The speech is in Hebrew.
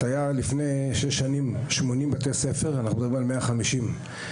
לפני שש שנים היו 80 בתי ספר ואנחנו מדברים על 150 עכשיו.